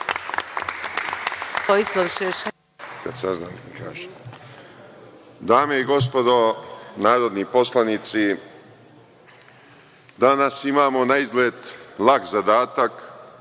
Dame i gospodo narodni poslanici, danas imamo naizgled lak zadatak